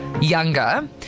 younger